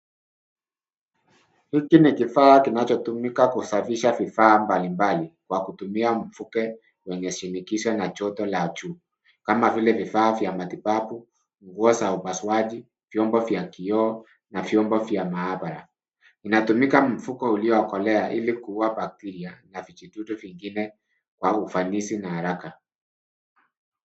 Hiki ni kifaa kinachotumika kusafisha vifaa mbalimbali kwa kutumia mvuke wenye shinikizo na joto la juu kama vile vifaa vya matibabu, nguo za upasuaji, vyombo vya kioo na vyombo vya maabara. Kinatumika mfuko uliokolea ili kuua bacteria na vijidudu vingine kwa ufanisi na haraka.